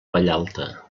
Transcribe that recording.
vallalta